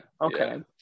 Okay